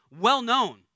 well-known